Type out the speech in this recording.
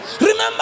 Remember